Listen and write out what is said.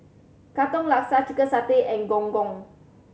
Katong Laksa chicken satay and Gong Gong